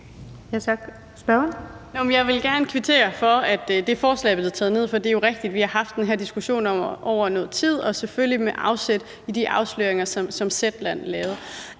Jeg vil gerne kvittere for, at det forslag blev taget ned, for det er jo rigtigt, at vi har haft den her diskussion over noget tid og selvfølgelig med afsæt i de afsløringer, som Zetland lavede.